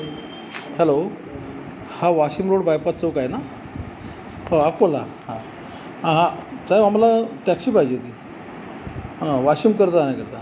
hello हा Washim road bypass चौक आहे ना अकोला हा साहेब आम्हाला टॅक्सी पाहिजे होती आ वाशिमकडे जाण्याकरता